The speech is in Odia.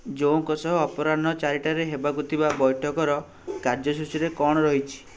ଜୋ'ଙ୍କ ସହ ଅପରାହ୍ନ ଚାରିଟାରେ ହେବାକୁ ଥିବା ବୈଠକର କାର୍ଯ୍ୟସୂଚୀରେ କ'ଣ ରହିଛି